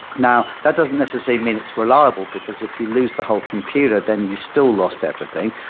now, that doesn't necessarily mean it's reliable, because if you lose the whole computer, then you still lost everything.